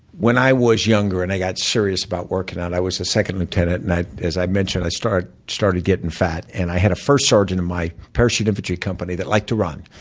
when i was younger and i got serious about working out, i was a second lieutenant. and as i mentioned, i started started getting fat. and i had a first sergeant in my parachute infantry company that liked to run.